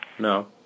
No